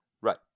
Right